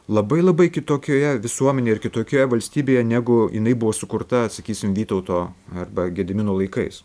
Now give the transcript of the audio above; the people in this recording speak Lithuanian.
labai labai kitokioje visuomenėje ir kitokioje valstybėje negu jinai buvo sukurta sakysim vytauto arba gedimino laikais